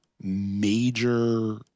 major